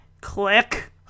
Click